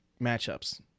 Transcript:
matchups